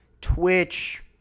Twitch